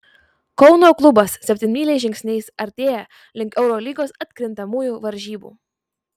kauno klubas septynmyliais žingsniais artėja link eurolygos atkrintamųjų varžybų